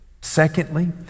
Secondly